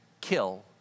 kill